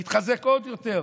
הוא התחזק עוד יותר.